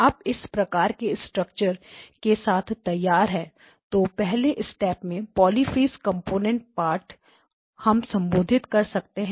आप इस प्रकार के स्ट्रक्चर के साथ तैयार है तो पहले स्टेप में पोलिस फेस कंपोनेंट पार्ट हम संबोधित कर सकते हैं